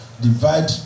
Divide